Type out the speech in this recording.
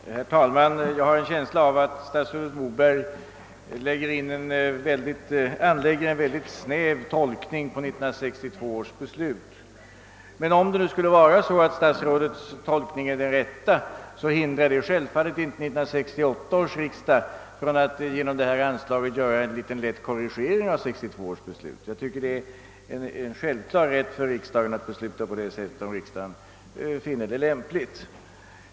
Herr talman! Jag har en känsla av att statsrådet Moberg tolkar 1962 års beslut mycket snävt. Om statsrådets tolkning emellertid är den rätta hindrar det självfallet inte 1968 års riksdag att göra en lätt korrigering av 1962 års beslut — det är en självklar rätt för riksdagen att göra det om riksdagen finner det lämpligt.